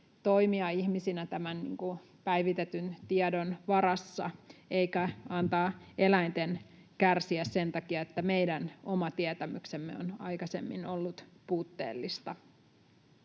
toimia ihmisinä tämän päivitetyn tiedon varassa eikä antaa eläinten kärsiä sen takia, että meidän oma tietämyksemme on aikaisemmin ollut puutteellista.